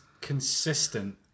consistent